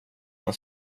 han